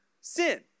sin